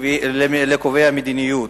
הכנסת לא למהר בהחלטות לקובעי המדיניות.